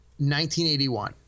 1981